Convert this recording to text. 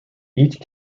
each